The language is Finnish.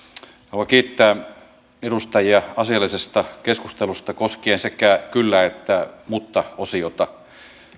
haluan kiittää edustajia asiallisesta keskustelusta koskien sekä kyllä että mutta osiota